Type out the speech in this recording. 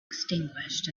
extinguished